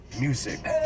Music